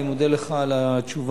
אני מודה לך על התשובה.